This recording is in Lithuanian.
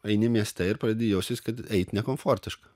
eini mieste ir pradedi jausti kad eiti nekomfortiška